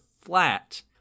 flat